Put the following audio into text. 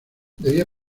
debía